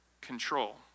control